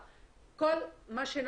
כל החברה הופקרה.